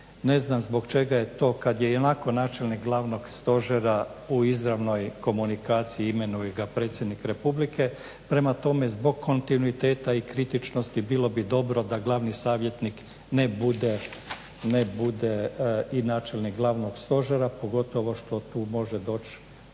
Ne znam zbog čega je to, kad je i onako načelnik glavnog stožer u izravnoj komunikaciji i imenuje ga predsjednik republike. Prema tome zbog kontinuiteta i kritičnosti bilo bi dobro da glavni savjetnik ne bude i načelnik glavnog stožera pogotovo što tu može doć